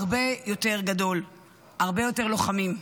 הרבה יותר גדול הרבה, יותר לוחמים.